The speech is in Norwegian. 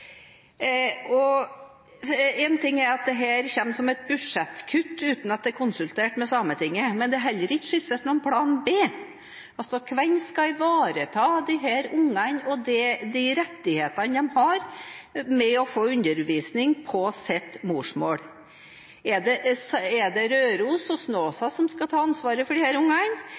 går. Én ting er at dette kommer som et budsjettkutt uten at det er konsultert med Sametinget, men det er heller ikke skissert noen plan B. Altså: Hvem skal ivareta disse ungene og de rettighetene de har til å få undervisning på sitt morsmål? Er det Røros og